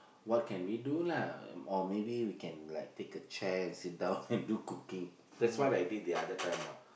what can we do lah or maybe we can like take a chair and sit down and do cooking that's what I did the other time what